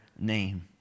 name